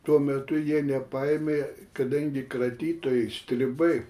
tuo metu jie nepaėmė kadangi kratytojai stribai